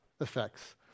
effects